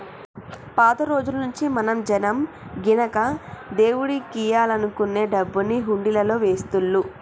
పాత రోజుల్నుంచీ మన జనం గినక దేవుడికియ్యాలనుకునే డబ్బుని హుండీలల్లో వేస్తుళ్ళు